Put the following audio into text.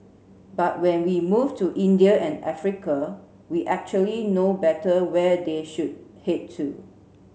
but when we move to India and Africa we actually know better where they should head to